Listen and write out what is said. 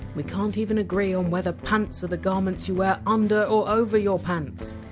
we can! t even agree on whether pants are the garments you wear under or over your pants!